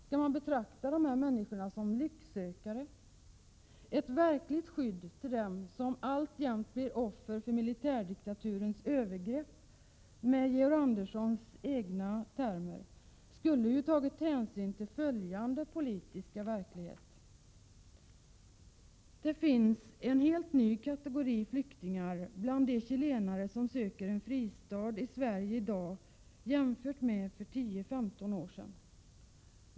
Skall man betrakta dessa människor som lycksökare? Ett verkligt skydd till dem som ”alltjämt blir offer för militärdiktaturens övergrepp” — Georg Anders 'sons egna ord — skulle ha tagit hänsyn till följande politiska verklighet. Det finns en helt ny kategori flyktingar bland de chilenare som söker en fristad i Sverige i dag jämfört med för 10—15 år sedan.